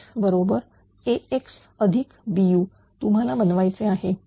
बरोबर Ax Bu तुम्हाला बनवायचे आहे